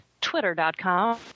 Twitter.com